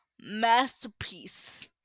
masterpiece